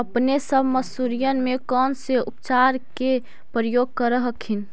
अपने सब मसुरिया मे कौन से उपचार के प्रयोग कर हखिन?